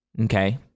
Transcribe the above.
Okay